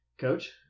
Coach